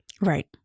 Right